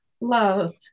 love